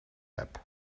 app